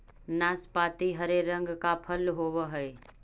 नाशपाती हरे रंग का फल होवअ हई